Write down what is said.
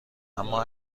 اما